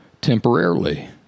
temporarily